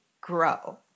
grow